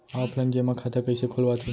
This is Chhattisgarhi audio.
ऑफलाइन जेमा खाता कइसे खोलवाथे?